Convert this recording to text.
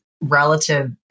relative